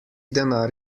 denar